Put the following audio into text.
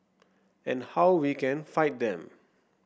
and how we can fight them